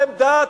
לעמדת,